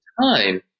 time